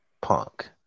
punk